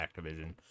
Activision